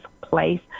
place